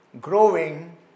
growing